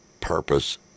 purpose